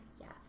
Yes